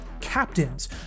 captains